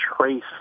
trace